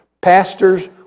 Pastors